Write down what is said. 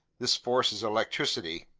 this force is electricity.